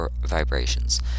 vibrations